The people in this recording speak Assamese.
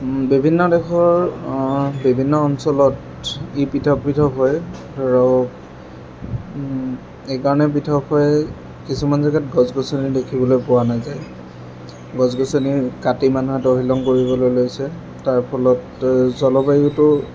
বিভিন্ন দেশৰ বিভিন্ন অঞ্চলত ই পৃথক পৃথক হয় আৰু এইকাৰণেই পৃথক হয় কিছুমান জেগাত গছ গছনি দেখিবলৈ পোৱা নাযায় গছ গছনি কাটি মানুহে তহিলং কৰিবলৈ লৈছে তাৰ ফলত জলবায়ুতো